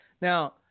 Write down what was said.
Now